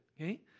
okay